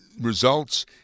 results